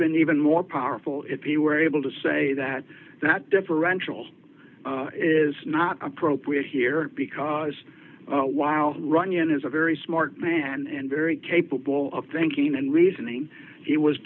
been even more powerful if he were able to say that that differential is not appropriate here because while runnion is a very smart man and very capable of thinking and reasoning he was